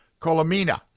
Colomina